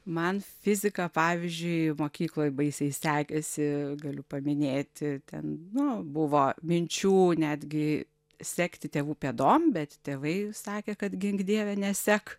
man fizika pavyzdžiui mokykloj baisiai sekėsi galiu paminėti ten nu buvo minčių netgi sekti tėvų pėdom bet tėvai sakė kad gink dieve nesek